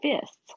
fists